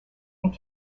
and